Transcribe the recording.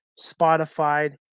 Spotify